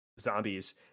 zombies